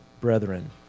brethren